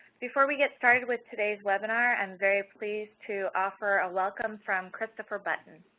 before we get started with today's webinar, i'm very pleased to offer a welcome from christopher button.